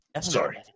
Sorry